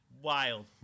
Wild